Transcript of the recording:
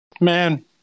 Man